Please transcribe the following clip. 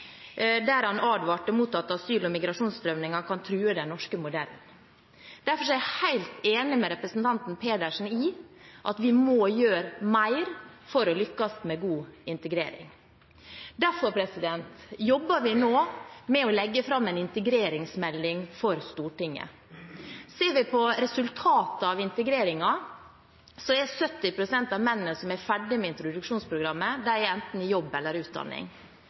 der han advarte mot at asylant- og migrasjonsstrømmen kan true den norske modellen. Derfor er jeg helt enig med representanten Pedersen i at vi må gjøre mer for å lykkes med god integrering. Derfor jobber vi nå med å legge fram en integreringsmelding for Stortinget. Ser vi på resultatet av integreringen, er 70 pst. av mennene som er ferdig med introduksjonsprogrammet, enten i jobb eller under utdanning.